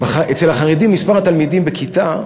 אצל החרדים מספר התלמידים בכיתה,